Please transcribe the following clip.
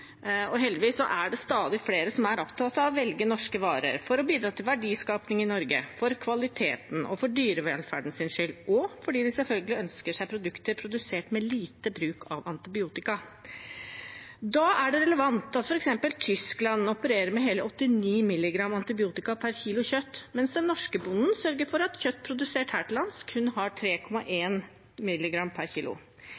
og heldigvis er det stadig flere som er opptatt av å velge norske varer for å bidra til verdiskaping i Norge, for kvalitetens og dyrevelferdens skyld og fordi de selvfølgelig ønsker seg produkter produsert med lite bruk av antibiotika. Da er det relevant at f.eks. Tyskland opererer med hele 89 milligram antibiotika per kilo kjøtt, mens den norske bonden sørger for at kjøtt produsert her til lands kun har